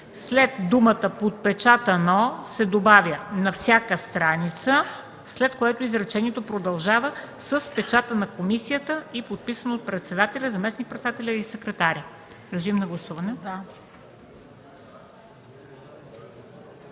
след думата „подпечатано” се добавя „на всяка страница”, след което изречението продължава „с печата на комисията и подписано от председателя, заместник-председателя и секретаря”. Гласуваме.